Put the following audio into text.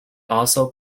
also